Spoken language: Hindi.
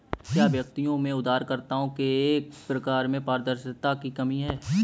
क्या व्यक्तियों में उधारकर्ताओं के प्रकारों में पारदर्शिता की कमी है?